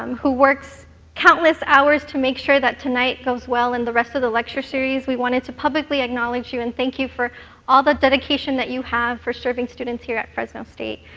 um who works countless hours to make sure that tonight goes well, and the rest of the lecture series, we wanted to publicly acknowledge you and thank you for all the dedication that you have for serving students here at fresno state.